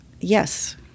yes